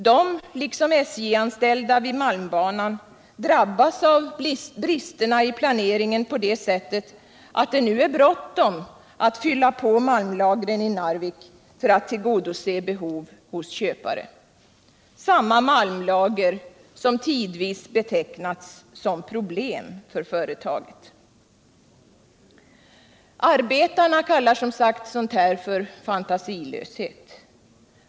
De, liksom de SJ-anställda vid malmbanan, drabbas av bristerna i planeringen på det sättet att det nu är bråttom att fylla på malmlagren i Narvik för att tillgodose behov hos köpare - samma malmlager som tidvis betecknats som problem för företaget. Arbetarna kallar som sagt sådant här för fantasilöshet.